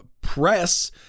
press